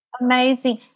amazing